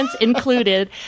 included